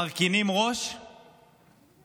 מרכינים ראש ומצביעים